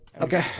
okay